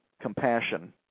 compassion